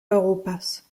europas